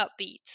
upbeat